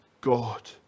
God